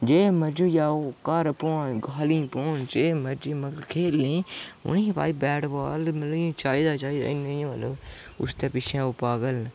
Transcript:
जे मर्जी होई जा ओह् घर भामें गाली पौन जे मर्जी मगर खेढने गी उ'नें ई भाई बैट बाॅल मतलब चाहिदा गै चाहिदा उसदे पिच्छें ओह् पागल न